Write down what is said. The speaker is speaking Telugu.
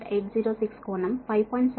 806 కోణం 5